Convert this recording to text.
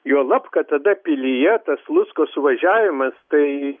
juolab kad tada pilyje tas lucko suvažiavimas tai